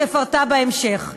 שבהמשך אפרטה.